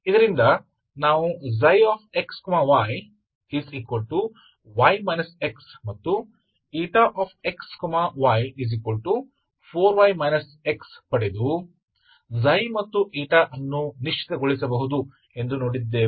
ಇದರಿಂದ ನಾವು xyy x ಮತ್ತು xy4y x ಪಡೆದು ξ ಮತ್ತು ಅನ್ನು ನಿಶ್ಚಿತಗೊಳಿಸಬಹುದು ಎಂದು ನೋಡಿದ್ದೇವೆ